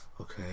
Okay